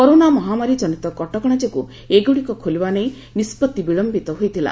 corona ମହାମାରୀ ଜନିତ କଟକଣା ଯୋଗୁଁ ଏଗୁଡ଼ିକ ଖୋଲିବା ନେଇ ନିଷ୍ପଭି ବିଳମ୍ବିତ ହୋଇଥିଲା